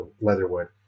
Leatherwood